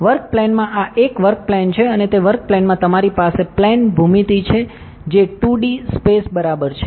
work પ્લેનમાં આ એક વર્ક પ્લેન છે અને તે વર્ક પ્લેનમાં તમારી પાસે પ્લેન ભૂમિતિ છે જે 2 ડી સ્પેસ બરાબર છે